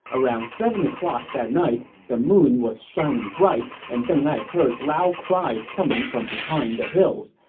around seven o'clock that night, the moon was shining bright, and deng ai heard loud cries coming from behind the hills.